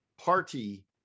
party